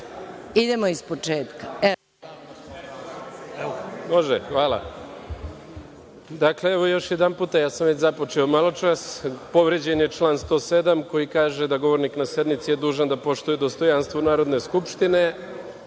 idemo iz početka.